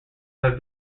have